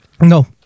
No